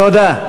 תודה.